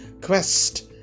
quest